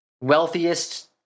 wealthiest